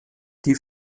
die